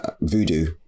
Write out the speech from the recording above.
voodoo